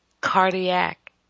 cardiac